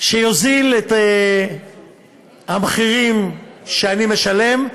שיוזיל את המחירים שאני משלם,